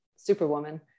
superwoman